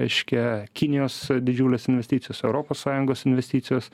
reiškia kinijos didžiulės investicijos europos sąjungos investicijos